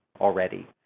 already